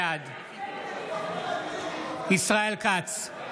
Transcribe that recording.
בעד ישראל כץ,